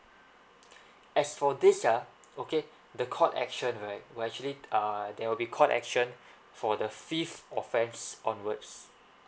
as for this ah okay the court action right will actually uh there will be court action for the fifth offence onwards